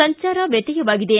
ಸಂಚಾರ ವ್ಯತ್ಯವಾಗಿದೆ